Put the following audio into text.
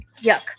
Yuck